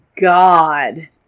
God